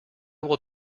will